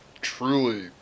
truly